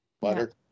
butter